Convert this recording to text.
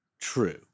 true